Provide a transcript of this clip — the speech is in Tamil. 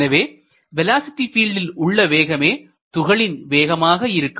எனவே வேலோஸிட்டி பீல்டில் உள்ள வேகமே துகளின் வேகமாக இருக்கும்